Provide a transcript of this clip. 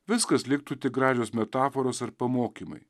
viskas liktų tik gražios metaforos ar pamokymai